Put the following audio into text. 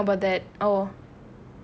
is she complaining about that oh